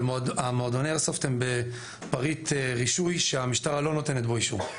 אבל מועדוני איירסופט הם בפריט רישוי שהמשטרה לא נותנת בו אישור.